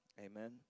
Amen